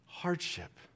hardship